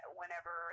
whenever